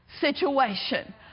situation